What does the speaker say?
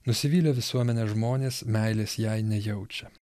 nusivylę visuomene žmonės meilės jai nejaučia